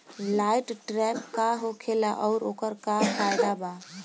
Light trap का होखेला आउर ओकर का फाइदा बा?